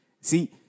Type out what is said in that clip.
See